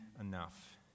enough